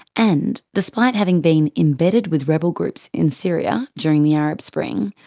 and, despite having been embedded with rebel groups in syria during the arab spring,